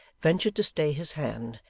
ventured to stay his hand,